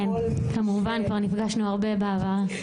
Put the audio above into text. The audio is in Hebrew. כן, כמובן, כבר נפגשנו הרבה בעבר.